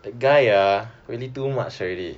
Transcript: the guy ah really too much already